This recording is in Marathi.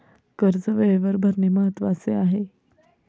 कर्ज वेळेवर भरणे महत्वाचे आहे